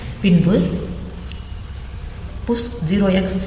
பின்பு push 0x55